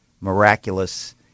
miraculous